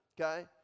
okay